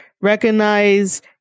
recognize